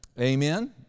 Amen